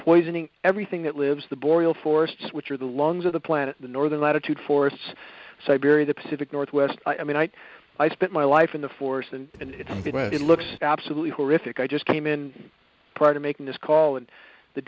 poisoning everything that lives the boreal forest which are the lungs of the planet the northern latitudes forests siberia the pacific northwest i mean i i spent my life in the forest and i think about it looks absolutely horrific i just came in part of making this call and the